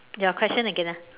your question again ah